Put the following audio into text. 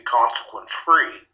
consequence-free